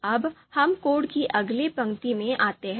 अब हम कोड की अगली पंक्ति में आते हैं